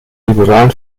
liberalen